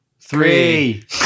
three